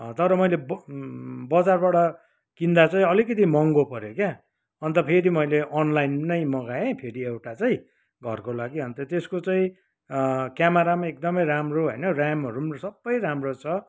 तर मैले बजारबाट किन्दा चाहिँ अलिकिति महँगो पऱ्यो क्या अन्त फेरि मैले अनलाइन नै मगाए फेरि एउटा चाहिँ घरको लागि अन्त त्यसको चाहिँ क्यामरा पनि एकदमै राम्रो होइन ऱ्यामहरू पनि सबै राम्रो छ